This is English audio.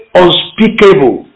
unspeakable